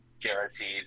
guaranteed